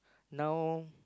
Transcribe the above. now